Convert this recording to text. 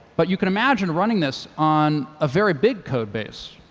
but you can imagine running this on a very big code base,